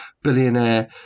billionaire